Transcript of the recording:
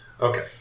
Okay